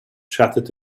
shattered